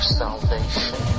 salvation